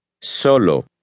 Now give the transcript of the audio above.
Solo